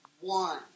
one